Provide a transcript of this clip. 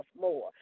more